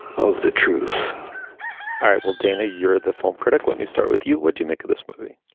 of the truth all right. well, dana, you're the film critic. let me start with you. what do you make of this movie?